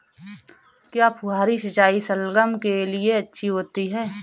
क्या फुहारी सिंचाई शलगम के लिए अच्छी होती है?